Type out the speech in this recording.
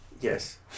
Yes